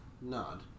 nod